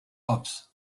hobbs